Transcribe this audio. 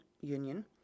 Union